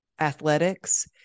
athletics